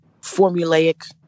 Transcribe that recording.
formulaic